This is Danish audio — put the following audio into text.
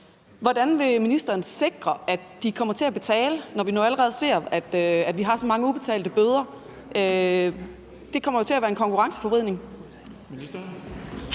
Hvordan vil ministeren sikre, at de kommer til at betale, når vi nu allerede ser, at de har så mange ubetalte bøder? Det kommer jo til at være en konkurrenceforvridning.